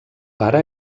pare